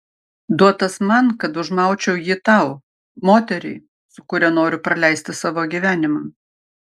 duotas man kad užmaučiau jį tau moteriai su kuria noriu praleisti savo gyvenimą